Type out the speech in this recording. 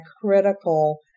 critical